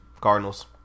Cardinals